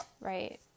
right